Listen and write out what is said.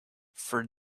for